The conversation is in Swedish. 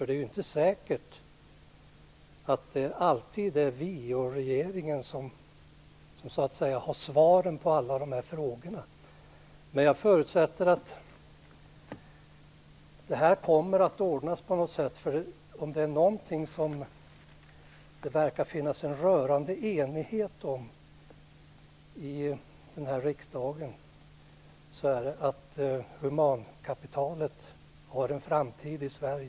Det är inte säkert att det alltid är vi och regeringen som har svaren på alla frågor. Jag förutsätter dock att det här kommer att ordnas på något sätt. Om det är någonting som det verkar finnas en rörande enighet om i den här riksdagen så är det att humankapitalet har en framtid i Sverige.